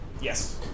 Yes